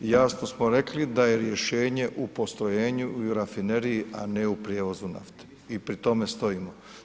Jasno smo rekli da je rješenje u postrojenju i u rafineriji, a ne u prijevozu nafte i pri tome stojimo.